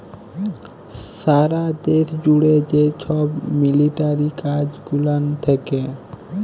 সারা দ্যাশ জ্যুড়ে যে ছব মিলিটারি কাজ গুলান থ্যাকে